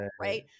right